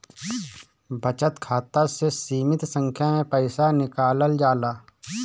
बचत खाता से सीमित संख्या में पईसा निकालल जाला